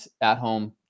at-home